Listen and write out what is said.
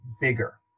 bigger